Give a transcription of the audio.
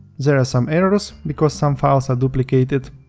there are some errors because some files are duplicated.